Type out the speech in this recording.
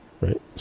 right